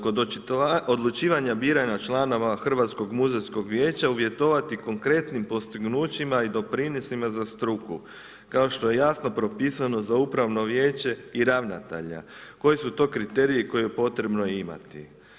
Kod odlučivanja biranja članova Hrvatskog muzejskog vijeća uvjetovati konkretnim postignućima i doprinosima za struku kao što je jasno propisano za Upravno vijeće i ravnatelja, koji su to kriteriji koje je potrebno imati.